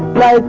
la